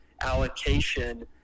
allocation